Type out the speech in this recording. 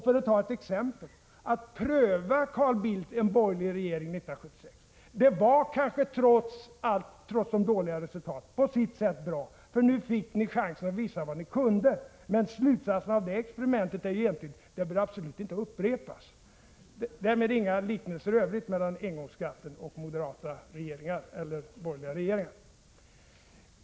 För att ta ett exempel, Carl Bildt: Att pröva en borgerlig regering 1976 var kanske, trots de dåliga resultaten, på sitt sätt bra, för då fick ni chansen att visa vad ni kunde. Men slutsatsen av det experimentet är egentligen att det absolut inte bör upprepas. Därmed inga liknelser i övrigt mellan engångsskatten och borgerliga regeringar.